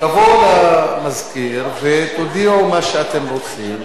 תבואו למזכיר ותודיעו מה שאתם רוצים.